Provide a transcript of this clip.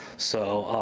so,